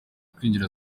kwinjira